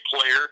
player